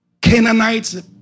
Canaanites